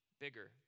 bigger